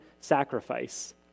sacrifice